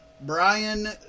Brian